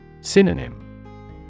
Synonym